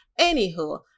anywho